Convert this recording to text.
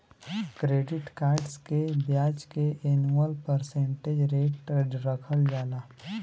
credit cards के ब्याज के एनुअल परसेंटेज रेट रखल जाला